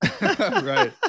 right